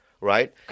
right